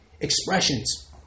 expressions